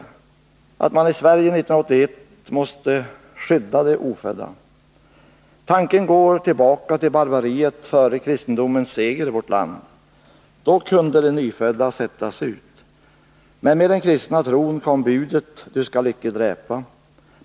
Man måste i Sverige år 1981 skydda det ofödda. Tanken går tillbaka till barbariet före kristendomens seger i vårt land. Då kunde de nyfödda sättas ut. Men med den kristna tron kom budet ”Du skall icke dräpa”.